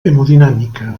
hemodinàmica